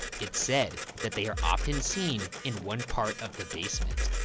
it's said that they are often seen in one part of the basement.